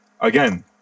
again